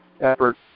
effort